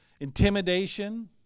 intimidation